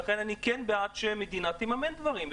ולכן אני כן בעד שהמדינה תממן דברים,